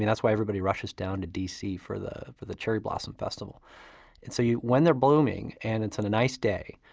that's why everybody rushes down to d c. for the for the cherry blossom festival and so when they're blooming and it's and a nice day,